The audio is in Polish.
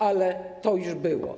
Ale to już było.